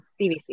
BBC